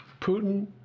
Putin